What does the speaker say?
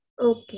Okay